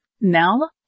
Now